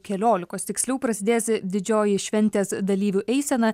keliolikos tiksliau prasidės didžioji šventės dalyvių eisena